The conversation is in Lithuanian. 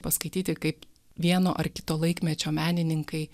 paskaityti kaip vieno ar kito laikmečio menininkai